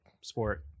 Sport